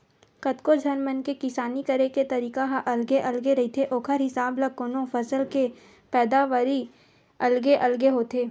कतको झन मन के किसानी करे के तरीका ह अलगे अलगे रहिथे ओखर हिसाब ल कोनो फसल के पैदावारी अलगे अलगे होथे